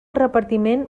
repartiment